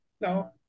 No